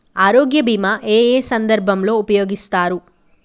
ఆరోగ్య బీమా ఏ ఏ సందర్భంలో ఉపయోగిస్తారు?